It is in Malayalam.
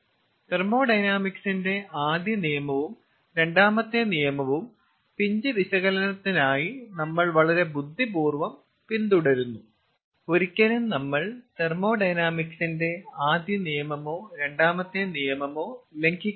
തെർമോഡൈനാമിക്സിന്റെ ആദ്യ നിയമവും രണ്ടാമത്തെ നിയമവും പിഞ്ച് വിശകലനത്തിനായി നമ്മൾ വളരെ ബുദ്ധിപൂർവ്വം പിന്തുടരുന്നു ഒരിക്കലും നമ്മൾ തെർമോഡൈനാമിക്സിന്റെ ആദ്യ നിയമമോ രണ്ടാമത്തെ നിയമമോ ലംഘിക്കുന്നില്ല